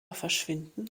verschwinden